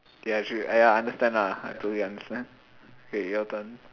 ya actually I understand ah I totally understand okay your turn